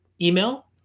email